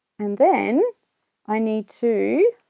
and then i need to